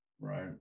Right